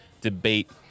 debate